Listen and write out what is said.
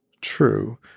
true